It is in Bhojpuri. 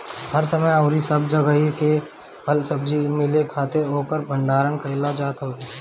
हर समय अउरी सब जगही पे फल सब्जी मिले खातिर ओकर भण्डारण कईल जात हवे